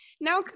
Now